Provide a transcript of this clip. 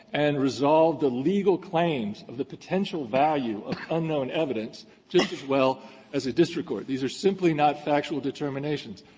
and resolve the legal claims of the potential value of unknown evidence just as well as a district court. these are simply not factual determinations.